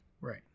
Right